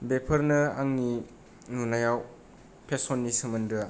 बेफोरनि आंनि नुनायाव फेसननि सोमोनदोआ